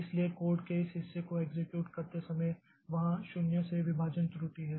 इसलिए कोड के इस हिस्से को एक्सेक्यूट करते समय वहाँ 0 से विभाजन त्रुटि है